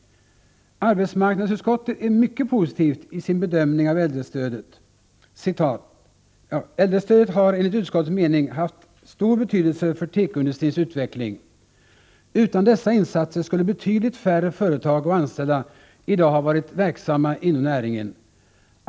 Arbetsmarknadsutskottet är mycket positivt i sin bedömning av äldrestödet. Utskottet anför: ”Äldrestödet har enligt utskottets mening haft stor betydelse för tekoindustrins utveckling. Utan dessa insatser skulle betydligt färre företag och anställda i dag ha varit verksamma inom näringen.